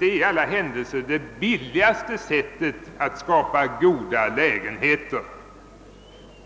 Det är i alla händelser det billigaste sättet att skapa goda lägenheter.